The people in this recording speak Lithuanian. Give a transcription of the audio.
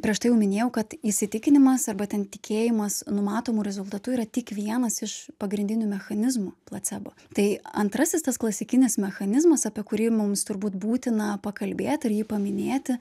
prieš tai jau minėjau kad įsitikinimas arba ten tikėjimas numatomu rezultatu yra tik vienas iš pagrindinių mechanizmų placebo tai antrasis tas klasikinis mechanizmas apie kurį mums turbūt būtina pakalbėti ir jį paminėti